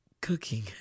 cooking